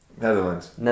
Netherlands